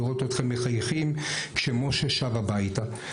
לראות אתכם מחייכים כשמויישי שב הביתה.